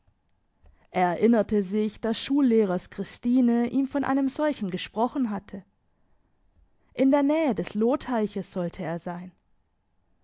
erinnerte sich dass schullehrers christine ihm von einem solchen gesprochen hatte in der nähe des lohteiches sollte er sein